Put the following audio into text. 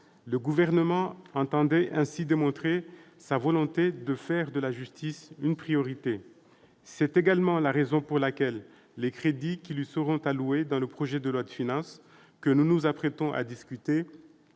Le Gouvernement entendait ainsi démontrer sa volonté de faire de la justice une priorité. C'est également la raison pour laquelle les crédits qui lui seront alloués dans le projet de loi de finances que nous nous apprêtons à discuter